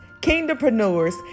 kingdompreneurs